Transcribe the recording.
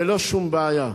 ללא שום בעיה.